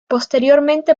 posteriormente